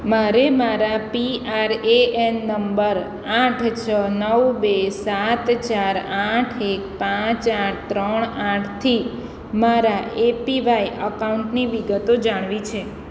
મારે મારા P R A N number આઠ છ નવ બે સાત ચાર આઠ એક પાંચ આઠ ત્રણ આઠથી મારા એપીવાય અકાઉન્ટની વિગતો જાણવી છે